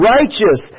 Righteous